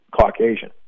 Caucasian